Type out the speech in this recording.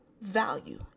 value